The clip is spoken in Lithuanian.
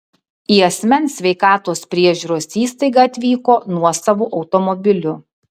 į asmens sveikatos priežiūros įstaigą atvyko nuosavu automobiliu